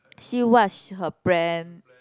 see what's her plan